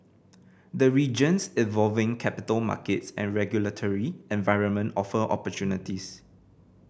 the region's evolving capital markets and regulatory environment offer opportunities